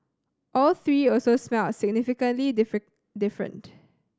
all three also smelled significantly different